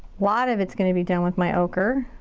lot of it's gonna be done with my ocher.